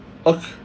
ok~